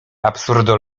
absurdo